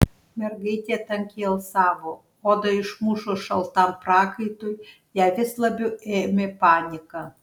mergaitė tankiai alsavo odą išmušus šaltam prakaitui ją vis labiau ėmė panika